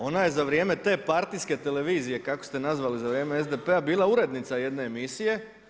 Ona je za vrijeme te partijske televizije kako ste nazvali za vrijeme SDP-a bila urednica jedne emisije.